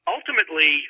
Ultimately